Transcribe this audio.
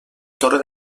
torre